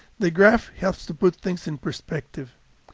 the graph helps to put things in perspective.